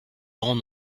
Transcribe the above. grand